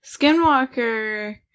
Skinwalker